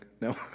No